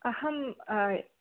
अहं